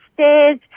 stairs